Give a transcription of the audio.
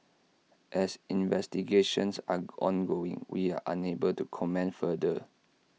as investigations are ongoing we are unable to comment further